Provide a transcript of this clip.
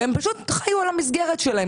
והם פשוט חיו על המסגרת שלהם.